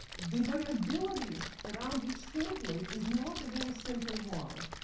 the variability around each template is not a very simple model.